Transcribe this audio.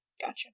Gotcha